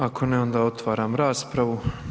Ako ne onda otvaram raspravu.